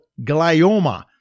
glioma